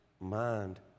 mind